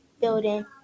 building